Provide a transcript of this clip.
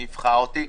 מי יבחר אותי?